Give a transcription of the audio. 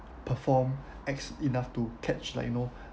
perform acts enough to catch like you know